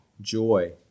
joy